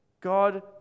God